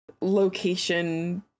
location